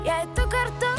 jei kartą